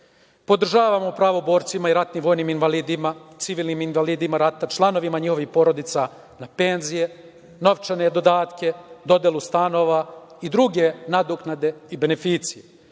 Podržavamo pravoborcima i ratnim vojnim invalidima, civilnim invalidima rata, članovima njihovih porodica na penzije, novčane dodatke, dodelu stanova i druge nadoknade i beneficije.